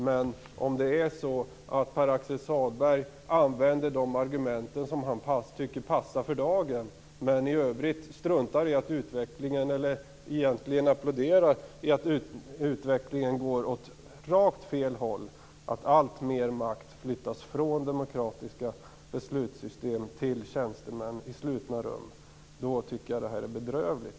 Men om det är så att Pär-Axel Sahlberg använder de argument som han tycker passar för dagen men i övrigt struntar i eller applåderar att utvecklingen går åt helt fel håll, dvs. att alltmer makt flyttas från demokratiska beslutssystem till tjänstemän i slutna rum, tycker jag att det är bedrövligt.